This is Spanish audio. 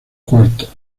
cuartos